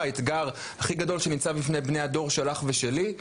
אתגר הכי גדול שנמצא בפני בני הדור שלך ושלי,